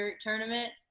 Tournament